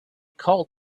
called